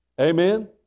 Amen